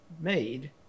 made